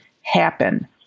happen